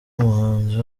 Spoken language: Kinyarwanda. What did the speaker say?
umuhanzi